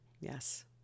Yes